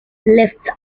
left